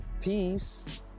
Peace